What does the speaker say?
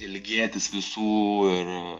ilgėtis visų ir